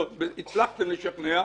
הצלחתם לשכנע,